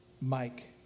Mike